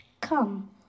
Come